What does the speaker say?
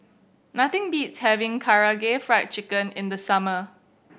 nothing beats having Karaage Fried Chicken in the summer